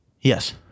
Yes